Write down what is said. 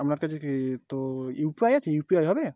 আপনার কাছে কি তো ইউপিআই আছে ইউপিআই হবে